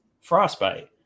frostbite